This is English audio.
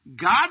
God